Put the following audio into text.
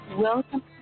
Welcome